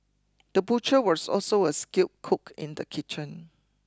the butcher was also a skilled cook in the kitchen